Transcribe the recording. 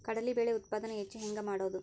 ಕಡಲಿ ಬೇಳೆ ಉತ್ಪಾದನ ಹೆಚ್ಚು ಹೆಂಗ ಮಾಡೊದು?